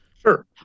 Sure